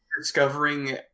discovering